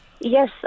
Yes